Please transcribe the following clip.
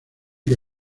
que